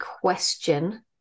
question